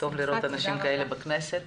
טוב לראות אנשים כמוך בכנסת.